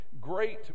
great